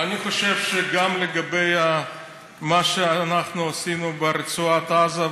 אני חושב שגם לגבי מה שאנחנו עשינו ברצועת עזה,